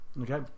Okay